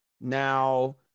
Now